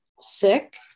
sick